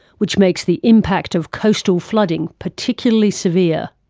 which makes the impact of coastal flooding particularly severe.